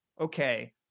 okay